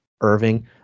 Irving